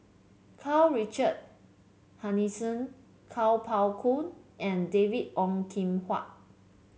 Karl Richard Hanitsch Kuo Pao Kun and David Ong Kim Huat